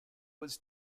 was